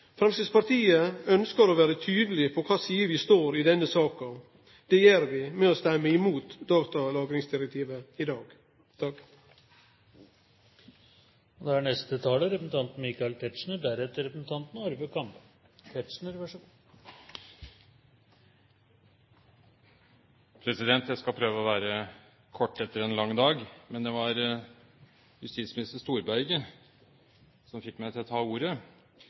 Framstegspartiet ønskjer å vere tydelege på kva side vi står på i denne saka. Det gjer vi ved å stemme imot datalagringsdirektivet i dag. Jeg skal prøve å være kort etter en lang dag, men det var justisminister Storberget som fikk meg til å ta ordet,